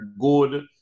good